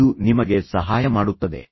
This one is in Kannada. ನೀವು ಒಟ್ಟಿಗೆ ಸೇರಲು ಕಾರಣವೇನು